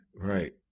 Right